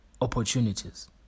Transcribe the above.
Opportunities